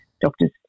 doctors